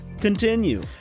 continue